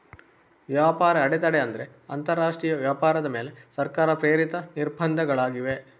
ವ್ಯಾಪಾರ ಅಡೆತಡೆ ಅಂದ್ರೆ ಅಂತರರಾಷ್ಟ್ರೀಯ ವ್ಯಾಪಾರದ ಮೇಲೆ ಸರ್ಕಾರ ಪ್ರೇರಿತ ನಿರ್ಬಂಧಗಳಾಗಿವೆ